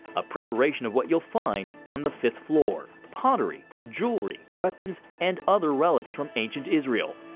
a preparation of what you'll find on the fifth floor pottery, jewelry, weapons, and other relics from ancient israel,